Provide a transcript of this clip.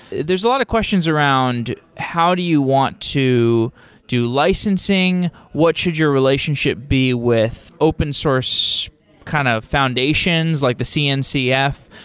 there're a lot of questions around how do you want to do licensing. what should your relationship be with open source kind of foundations, like the cncf?